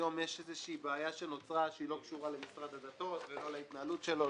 נוצרה היום בעיה שלא קשורה למשרד הדתות או להתנהלות שלו,